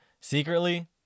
secretly